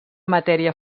matèria